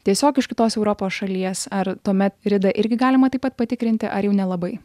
tiesiog iš kitos europos šalies ar tuomet ridą irgi galima taip pat patikrinti ar jau nelabai